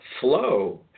flow